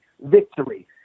victory